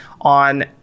on